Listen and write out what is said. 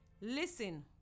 listen